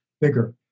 bigger